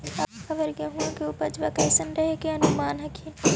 अबर गेहुमा के उपजबा कैसन रहे के अनुमान हखिन?